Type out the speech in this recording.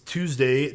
Tuesday